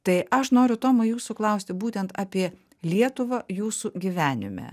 tai aš noriu tomai jūsų klausti būtent apie lietuvą jūsų gyvenime